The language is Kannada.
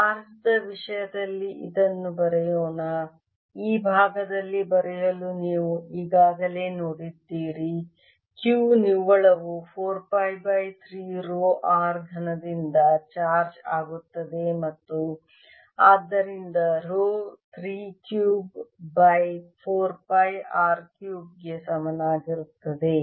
ಚಾರ್ಜ್ ದ ವಿಷಯದಲ್ಲಿ ಇದನ್ನು ಬರೆಯೋಣ ಈ ಭಾಗದಲ್ಲಿ ಬರೆಯಲು ನೀವು ಈಗಾಗಲೇ ನೋಡಿದ್ದೀರಿ Q ನಿವ್ವಳವು 4 ಪೈ ಬೈ 3 ರೋ R ಘನದಿಂದ ಚಾರ್ಜ್ ಆಗುತ್ತದೆ ಮತ್ತು ಆದ್ದರಿಂದ rho 3 cube by 4 pi R cube ಗೆ ಸಮಾನವಾಗಿರುತ್ತದೆ